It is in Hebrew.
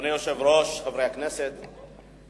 אדוני היושב-ראש, חברי הכנסת, דב,